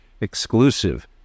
exclusive